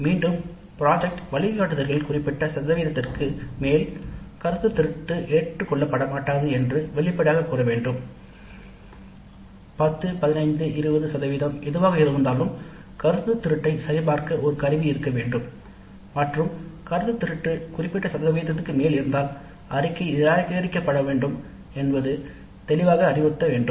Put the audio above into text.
மீண்டும் திட்ட வழிகாட்டுதல்கள் குறிப்பிட்ட சதவிகிதத்திற்கு அப்பால் கருத்துத் திருட்டு ஏற்றுக்கொள்ளப்படாது என்று வெளிப்படையாகக் கூற வேண்டும் 10 15 20 சதவிகிதம் எதுவாக இருந்தாலும் திருட்டுத்தனத்தை சரிபார்க்க ஒரு கருவி இருக்க வேண்டும் கருத்துத் திருட்டு குறிப்பிட்ட சதவீதத்திற்கு மேல் இருந்தால் அறிக்கை நிராகரிக்கப்படும் என்று தெளிவாக அறிவுறுத்த வேண்டும்